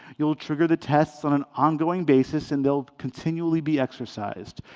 you'll trigger the tests on an ongoing basis, and they'll continually be exercised.